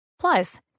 Plus